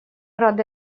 рады